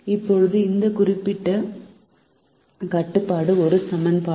இப்போது இந்த குறிப்பிட்ட கட்டுப்பாடு ஒரு சமன்பாடு